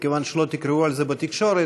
מכיוון שלא תקראו על זה בתקשורת,